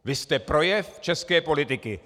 Vy jste projev české politiky.